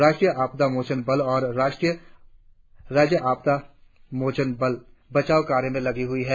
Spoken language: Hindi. राष्ट्रीय आपदा मोचन बल और राज्य आपदा मोचन बल बचाव कार्य में लगे है